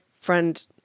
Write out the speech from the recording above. friend